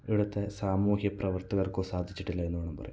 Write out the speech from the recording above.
ഇവിടുത്തെ സാമൂഹ്യ പ്രവർത്തകർക്കോ സാധിച്ചിട്ടില്ല എന്ന് വേണം പറയാൻ